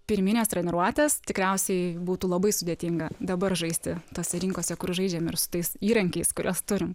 pirminės treniruotės tikriausiai būtų labai sudėtinga dabar žaisti tose rinkose kur žaidžiam ir su tais įrankiais kuriuos turim